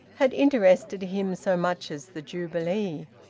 had interested him so much as the jubilee.